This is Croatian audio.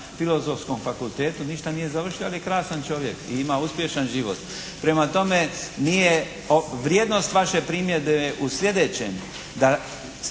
Filozofskom fakultetu, ništa nije završio. Ali je krasan čovjek i ima uspješan život. Prema tome, nije, vrijednost vaše primjedbe je u sljedećem, da